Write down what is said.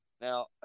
Now